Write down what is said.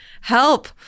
Help